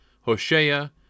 Hoshea